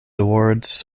awards